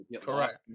Correct